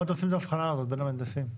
עושים את ההבחנה הזאת בין המהנדסים?